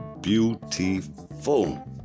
beautiful